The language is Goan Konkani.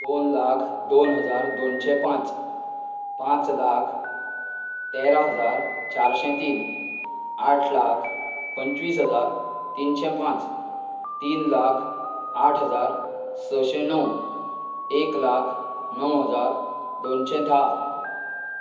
दोन लाख दोन हजार दोनशें पांच पांच लाख तेरा हजार चारशें तीन आठ लाख पंचवीस हजार तीनशें पांच तीन लाख आठ हजार सशें णव एक लाख णव हजार दोनशें धा